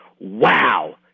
wow